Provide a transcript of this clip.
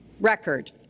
record